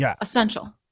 essential